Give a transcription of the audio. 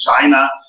China